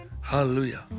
Hallelujah